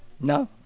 No